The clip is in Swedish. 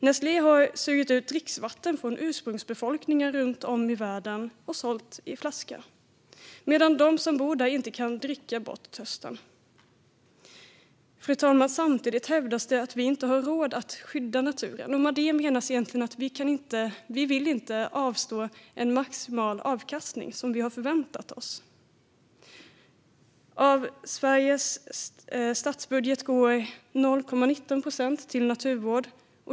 Nestlé har sugit ut dricksvatten från ursprungsbefolkningar runt om i världen och sålt det i flaska medan de som bor där inte kan dricka bort törsten. Samtidigt hävdas det att vi inte har råd att skydda naturen. Med detta menas egentligen att vi inte vill avstå från maximal avkastning, som är det vi har väntat oss. Av Sveriges statsbudget går 0,19 procent till naturvård.